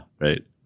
Right